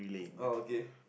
oh okay